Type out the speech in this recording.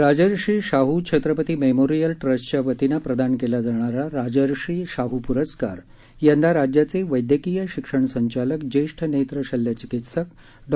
Rajarshi Shahu Chhatrapati memorial ट्रस्टच्या वतीनं प्रदान केला जाणारा राजर्षी शाह प्रस्कार यंदा राज्याचे वैद्यकीय शिक्षण संचालक ज्येष्ठ नेत्र शल्यचिकित्सक डॉ